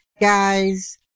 guys